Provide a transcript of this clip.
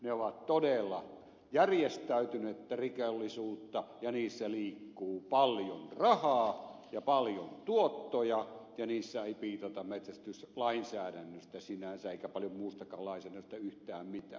ne ovat todella järjestäytynyttä rikollisuutta ja niissä liikkuu paljon rahaa ja paljon tuottoja ja niissä ei piitata metsästyslainsäädännöstä sinänsä eikä paljon muustakaan lainsäädännöstä yhtään mitään